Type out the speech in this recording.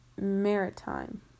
Maritime